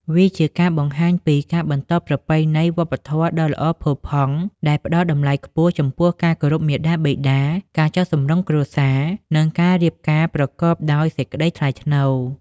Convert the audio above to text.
វាជាការបង្ហាញពី ការបន្តប្រពៃណីវប្បធម៌ដ៏ល្អផូរផង់ ដែលផ្តល់តម្លៃខ្ពស់ចំពោះការគោរពមាតាបិតា ការចុះសម្រុងគ្រួសារ និងការរៀបការប្រកបដោយសេចក្តីថ្លៃថ្នូរ។